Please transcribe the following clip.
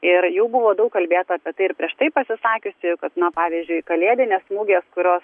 ir jau buvo daug kalbėta apie tai ir prieš tai pasisakiusi kad na pavyzdžiui kalėdinės mugės kurios